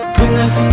goodness